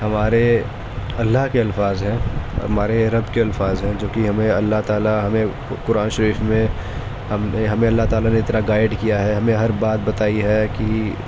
ہمارے اللہ کے الفاظ ہیں ہمارے رب کے الفاظ ہیں جو كہ ہمیں اللہ تعالیٰ ہمیں قرآن شریف میں ہمیں اللہ تعالیٰ نے اتنا گائڈ كیا ہے ہمیں ہر بات بتائی ہے کہ